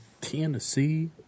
Tennessee